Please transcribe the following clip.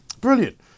Brilliant